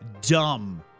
dumb